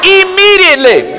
immediately